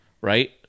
Right